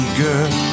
girl